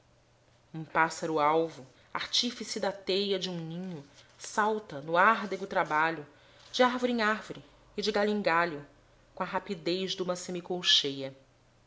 um pássaro alvo artífice da teia de um ninho salta no árdego trabalho de árvore em árvore e de galho em galho com a rapidez duma semicolcheia